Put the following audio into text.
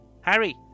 Harry